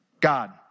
God